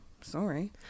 sorry